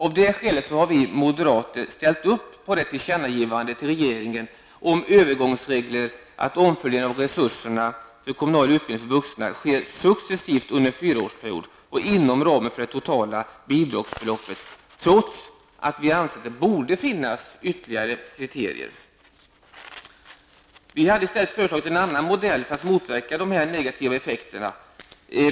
Av det skälet har vi moderater ställt oss bakom tillkännagivandet till regeringen om övergångsregler som innebär att omfördelningen av resurserna för kommunal utbildning för vuxna sker successivt under en fyraårsperiod och inom ramen för det totala bidragsbeloppet, trots att vi anser att det borde finnas ytterligare kriterier. Vi har föreslagit en annan modell för att motverka dessa negativa effekter.